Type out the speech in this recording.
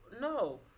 no